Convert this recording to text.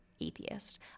atheist